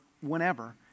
whenever